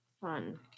fun